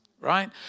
right